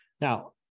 now